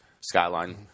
Skyline